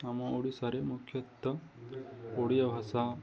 ଆମ ଓଡ଼ିଶାରେ ମୁଖ୍ୟତଃ ଓଡ଼ିଆ ଭାଷା